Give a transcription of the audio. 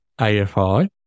AFI